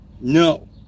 No